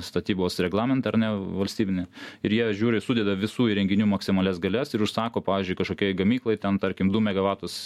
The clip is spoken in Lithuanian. statybos reglamentą ar ne valstybinį ir jie žiūri sudeda visų įrenginių maksimalias galias ir užsako pavyzdžiui kažkokioj gamykloj ten tarkim du megavatus